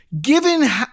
given